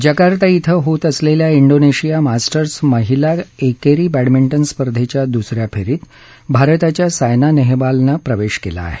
Jakarta इथं होत असलेल्या इंडोनेशिया मास्टर्स महिला एकेरी बह्निंटन स्पर्धेच्या दुस या फेरीत भारताच्या सायना नेहलवालनं प्रवेश केला आहे